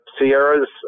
Sierras